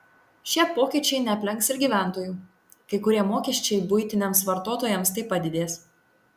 šie pokyčiai neaplenks ir gyventojų kai kurie mokesčiai buitiniams vartotojams taip pat didės